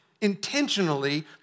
intentionally